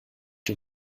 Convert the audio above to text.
den